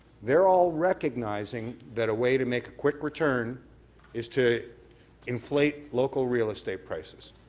they're all recognizng that a way to make a quick return is to inflate local real estate prices.